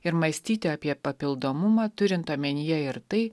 ir mąstyti apie papildomumą turint omenyje ir tai